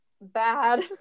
Bad